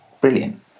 brilliant